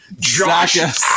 Josh